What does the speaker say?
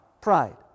pride